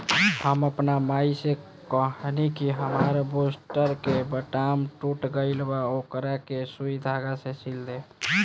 हम आपन माई से कहनी कि हामार बूस्टर के बटाम टूट गइल बा ओकरा के सुई धागा से सिल दे